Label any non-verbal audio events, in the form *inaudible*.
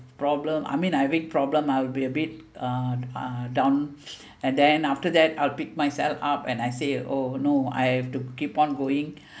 problem I mean having problem I will be a bit uh uh down and then after that I'll pick myself up and I say oh no I have to keep on going *breath*